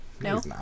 No